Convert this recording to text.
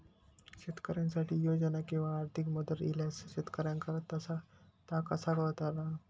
शेतकऱ्यांसाठी योजना किंवा आर्थिक मदत इल्यास शेतकऱ्यांका ता कसा कळतला?